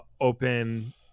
open